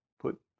put